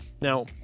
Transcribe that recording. Now